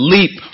Leap